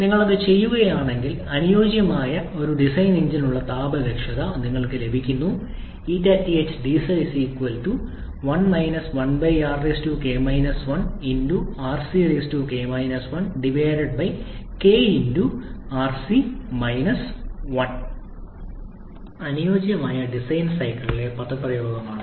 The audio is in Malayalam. നിങ്ങൾ അത് ചെയ്യുകയാണെങ്കിൽ അനുയോജ്യമായ ഒരു ഡിസൈൻ എഞ്ചിനുള്ള താപ ദക്ഷത നിങ്ങൾക്ക് ലഭിക്കും അനുയോജ്യമായ ഡിസൈൻ സൈക്കിളിനുള്ള പദപ്രയോഗമാണിത്